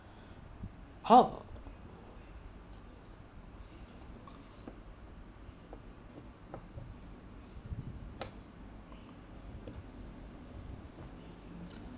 how